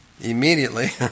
immediately